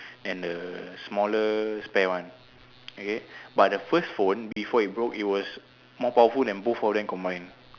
and the smaller spare one okay but the first phone before it broke it was more powerful than both of them behind